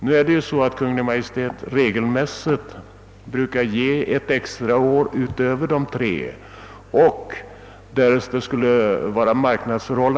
Kungl. Maj:t förlänger regelmässigt tjänstgöringstiden med ett år utöver de tre år under vilka handelssekreteraren förordnas.